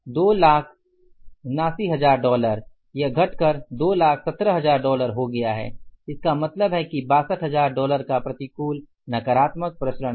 279000 dollar मूल्य यह घटकर 217000 डॉलर हो गया है इसका मतलब है कि 62000 डॉलर का प्रतिकूल नकारात्मक प्रसरण है